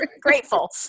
Grateful